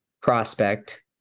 prospect